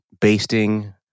basting